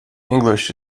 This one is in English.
english